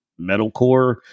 metalcore